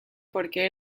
porque